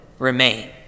Remain